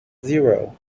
zero